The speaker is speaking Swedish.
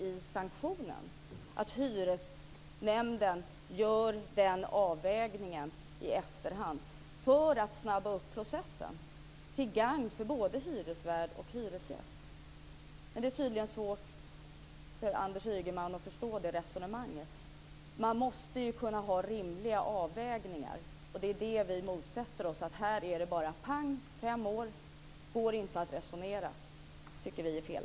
Hyresnämnden ska kunna göra den avvägningen i efterhand, för att snabba på processen till gagn för både hyresvärd och hyresgäst. Det är tydligen svårt för Anders Ygeman att förstå det resonemanget. Man måste kunna göra rimliga avvägningar. Det vi motsätter oss är att det inte ska gå att resonera. Man får vänta i fem år. Det tycker vi är fel.